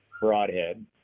broadhead